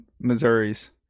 Missouris